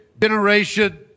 generation